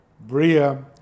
Bria